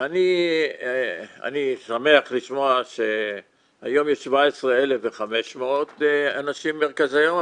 אני שמח לשמוע שהיום יש 17,500 אנשים במרכזי יום,